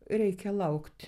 reikia laukt